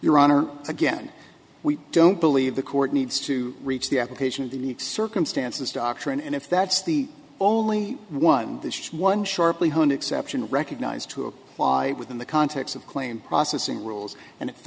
your honor again we don't believe the court needs to reach the application of the unique circumstances doctrine and if that's the only one this one sharply one exception recognized to apply within the context of claim processing rules and it